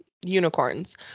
unicorns